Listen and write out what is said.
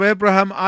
Abraham